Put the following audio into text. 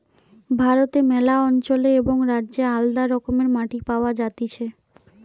ভারতে ম্যালা অঞ্চলে এবং রাজ্যে আলদা রকমের মাটি পাওয়া যাতিছে